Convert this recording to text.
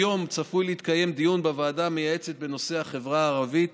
אפילו היום צפוי להתקיים דיון בוועדה המייעצת בנושא החברה הערבית